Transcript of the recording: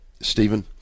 Stephen